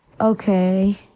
Okay